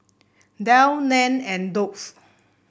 Dell Nan and Doux